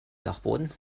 dachboden